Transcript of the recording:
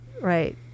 right